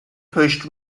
pushed